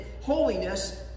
holiness